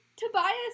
Tobias